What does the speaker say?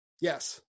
Yes